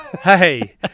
Hey